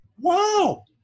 Wow